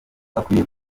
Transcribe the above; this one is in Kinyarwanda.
akwiriye